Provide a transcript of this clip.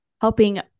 helping